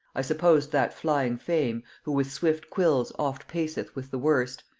i supposed that flying fame, who with swift quills oft paceth with the worst,